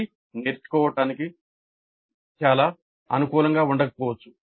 అది నేర్చుకోవడానికి చాలా అనుకూలంగా ఉండకపోవచ్చు